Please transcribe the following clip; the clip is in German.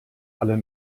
alle